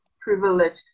privileged